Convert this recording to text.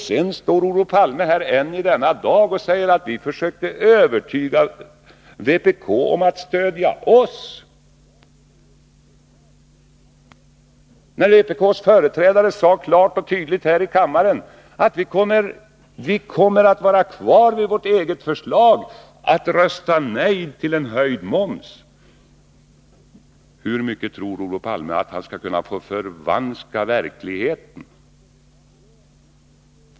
Sedan står Olof Palme här i dag och säger att vi försökte övertyga vpk om att stödja oss, trots att vpk:s företrädare sade klart och tydligt här i kammaren att vpk skulle stå kvar vid sitt eget förslag och rösta nej till en höjd moms. Hur mycket tror Olof Palme att han skall få förvanska verkligheten?